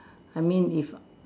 I mean if